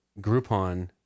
Groupon